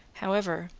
however,